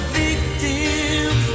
victims